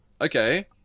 Okay